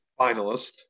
finalist